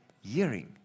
hearing